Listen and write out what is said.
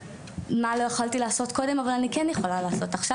מה לא יכולתי לעשות קודם אבל אני כן יכולה לעשות עכשיו?